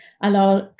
Alors